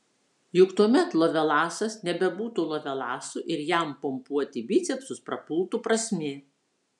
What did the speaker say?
juk tuomet lovelasas nebebūtų lovelasu ir jam pompuoti bicepsus prapultų prasmė